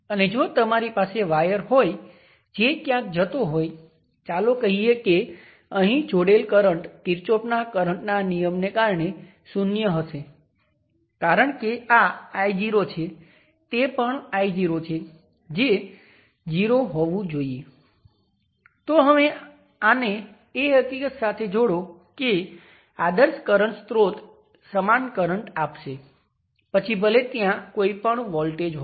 હવે પાછળ જોવું પડશે અને રેઝિસ્ટન્સ એકદમ સમાન છે